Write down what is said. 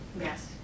Yes